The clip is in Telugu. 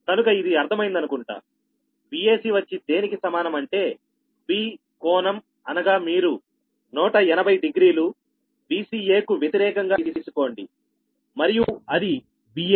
కనుక ఇది అర్ధమైన్దనుకుంటా Vac వచ్చి దేనికి సమానం అంటే V కోణం అనగా మీరు 180 డిగ్రీలు Vca కు వ్యతిరేకంగా తీసుకోండి మరియు అది Vac